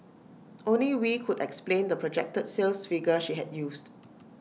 only wee could explain the projected sales figure she had used